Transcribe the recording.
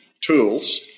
tools